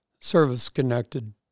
service-connected